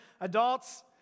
Adults